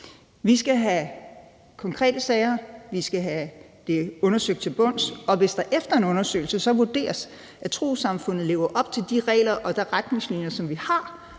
Vi skal have konkrete sager. Vi skal have det undersøgt til bunds, og hvis det efter en undersøgelse vurderes, at trossamfundet lever op til de regler og de retningslinjer, som vi har,